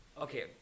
okay